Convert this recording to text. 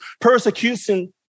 persecution